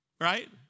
Right